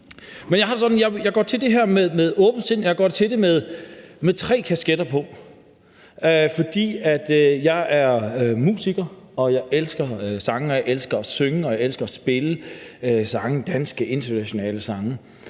jeg går til det her med åbent sind. Jeg går til det med tre kasketter på. Jeg er musiker, og jeg elsker sange, og jeg elsker at synge og spille danske og internationale sange,